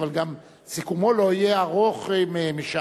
אבל גם סיכומו לא יהיה ארוך משעה,